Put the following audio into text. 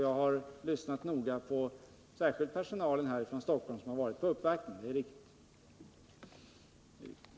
Jag har noga lyssnat på särskilt personalen från Stockholm som varit här på uppvaktning.